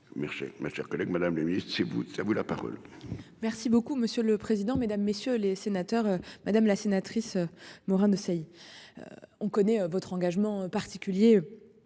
merci ma chère collègue Madame le Ministre c'est boots à vous la parole. Merci beaucoup monsieur le président, Mesdames, messieurs les sénateurs, madame la sénatrice Morin-Desailly. On connaît votre engagement particulier.